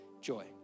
joy